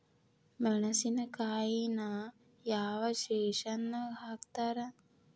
ಮೆಣಸಿನಕಾಯಿನ ಯಾವ ಸೇಸನ್ ನಾಗ್ ಹಾಕ್ತಾರ?